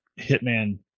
hitman